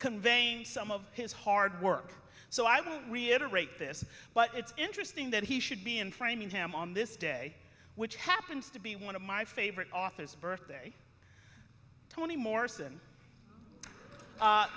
conveying some of his hard work so i will reiterate this but it's interesting that he should be in framingham on this day which happens to be one of my favorite authors birthday toni morrison